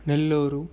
Nellore